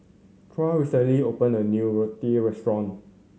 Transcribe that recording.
Troy recently opened a new Raita restaurant